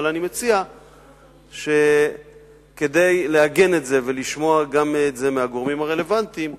אבל אני מציע שכדי לעגן את זה ולשמוע את זה גם מהגורמים הרלוונטיים,